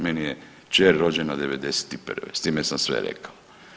Meni je kćer rođena '91. s time sam sve rekao.